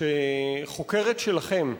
שחוקרת שלכם,